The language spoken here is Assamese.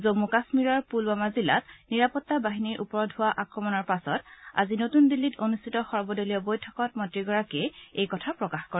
জম্মু কাশ্মীৰৰ পুলবামা জিলাত নিৰাপতা বাহিনীৰ ওপৰত হোৱা আক্ৰমণৰ পিছত আদি নতুন দিল্লীত অনুষ্ঠিত সৰ্বদলীয় বৈঠকত মন্ত্ৰীগৰাকীয়ে এই কথা প্ৰকাশ কৰে